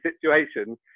situation